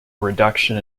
reduction